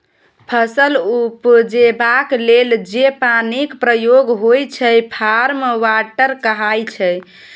फसल उपजेबाक लेल जे पानिक प्रयोग होइ छै फार्म वाटर कहाइ छै